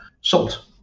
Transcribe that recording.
salt